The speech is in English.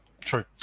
True